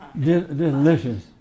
Delicious